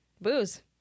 Booze